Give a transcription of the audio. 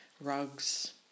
rugs